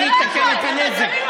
אני אתקן את הנזק.